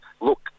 look